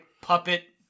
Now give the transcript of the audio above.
puppet